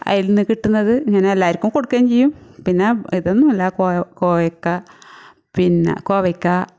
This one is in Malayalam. അതിൽ നിന്ന് കിട്ടുന്നത് ഇങ്ങനെ എല്ലാവർക്കും കൊടുക്കുകയും ചെയ്യും പിന്നെ ഇതോന്നുല കോവ കോവയ്ക്കാ പിന്നെ കോവയ്ക്ക